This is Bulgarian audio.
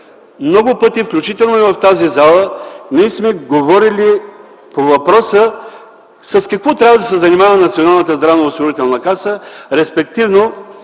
много пъти, включително и в тази зала, ние сме говорили по въпроса с какво трябва да се занимава Националната